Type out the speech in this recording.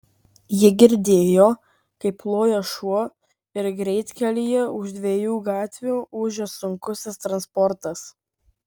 ji girdėjo kaip loja šuo ir greitkelyje už dviejų gatvių ūžia sunkusis transportas